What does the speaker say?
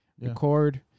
Record